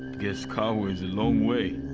guess kabwe's a long way.